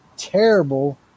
Terrible